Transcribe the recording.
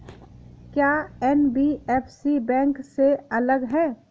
क्या NBFC bank से अलग है?